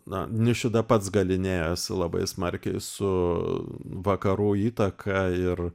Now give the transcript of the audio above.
na nišida pats galinėjosi labai smarkiai su vakarų įtaka ir